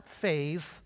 phase